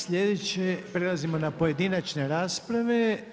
Slijedeće, prelazimo na pojedinačne rasprave.